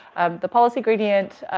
um, the policy gradient,